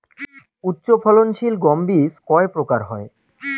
উচ্চ ফলন সিল গম বীজ কয় প্রকার হয়?